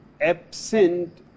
absent